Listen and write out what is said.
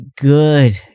good